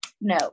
No